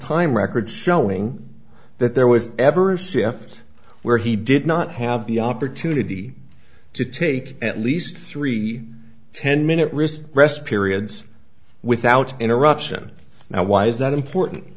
time records showing that there was ever a c f s where he did not have the opportunity to take at least three ten minute recess periods without interruption now why is that important